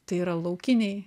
tai yra laukiniai